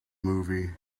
movie